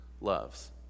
loves